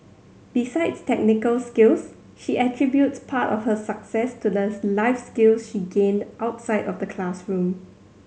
besides technical skills she attributes part of her success to the life skills she gained outside of the classroom